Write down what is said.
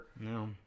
No